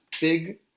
big